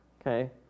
Okay